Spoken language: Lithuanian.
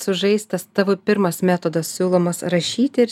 sužais tas tavo pirmas metodas siūlomas rašyti ir